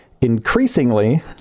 increasingly